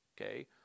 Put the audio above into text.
Okay